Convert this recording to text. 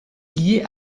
liée